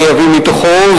שאביא מתוך הסקר,